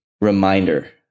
reminder